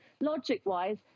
logic-wise